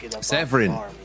Severin